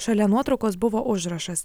šalia nuotraukos buvo užrašas